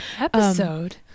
Episode